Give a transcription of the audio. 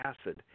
acid